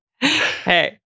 Hey